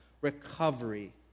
recovery